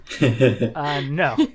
no